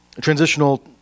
transitional